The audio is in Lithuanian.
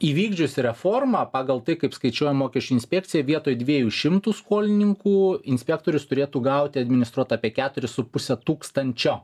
įvykdžius reformą pagal tai kaip skaičiuoja mokesčių inspekcija vietoj dviejų šimtų skolininkų inspektorius turėtų gauti administruot apie keturis su puse tūkstančio